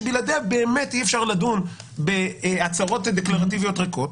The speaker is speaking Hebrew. שבלעדיה באמת אי אפשר לדון בהצהרות דקלרטיביות ריקות.